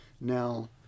now